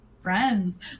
friends